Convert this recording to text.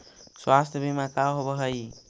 स्वास्थ्य बीमा का होव हइ?